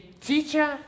teacher